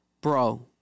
Bro